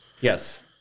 Yes